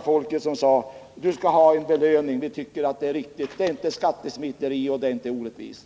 folket skulle kunna säga: Du skall ha en belöning, för vi tycker det är riktigt. Det är inte skattesmitning och det är inte orättvist.